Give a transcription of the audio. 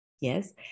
Yes